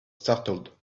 startled